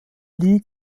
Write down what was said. lee